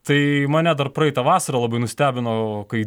tai mane dar praeitą vasarą labai nustebino kai